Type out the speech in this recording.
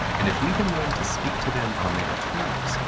and if we can learn to speak to them on their terms,